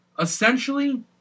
Essentially